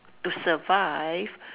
to survive